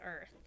earth